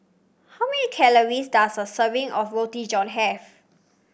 how many calories does a serving of Roti John have